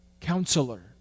counselor